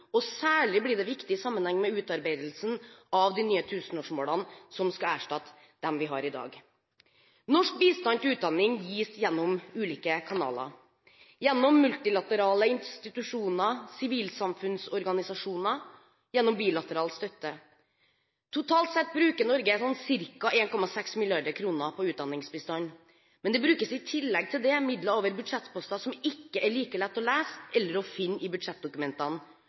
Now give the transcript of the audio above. dagsordenen. Særlig blir det viktig i sammenheng med utarbeidelsen av de nye tusenårsmålene, som skal erstatte dem vi har i dag. Norsk bistand til utdanning gis gjennom ulike kanaler – gjennom multilaterale institusjoner, gjennom sivilsamfunnsorganisasjoner og gjennom bilateral støtte. Totalt sett bruker Norge ca. 1,6 mrd. kr på utdanningsbistand, men det brukes i tillegg midler over budsjettposter som ikke er like lett å lese, eller å finne i budsjettdokumentene.